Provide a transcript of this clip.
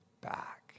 back